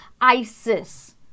ISIS